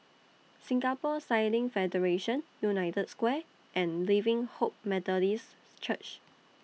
Singapore Sailing Federation United Square and Living Hope Methodist Church